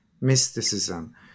mysticism